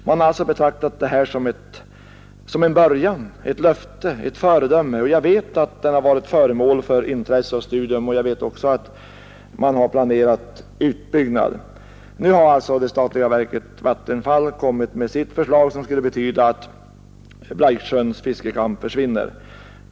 Man har alltså betraktat den här anläggningen som en början — som ett löfte, ett föredöme — och jag vet att den varit föremål för intresse och studium, och jag vet också att man har planerat en utbyggnad. Nu har alltså det statliga verket Vattenfall lagt fram sitt förslag, som skulle betyda att Blaiksjöns fiskecamp försvinner.